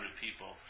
people